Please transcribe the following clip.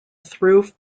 through